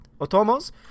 Otomo's